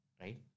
right